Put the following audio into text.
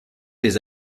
des